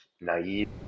naive